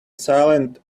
silent